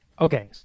Okay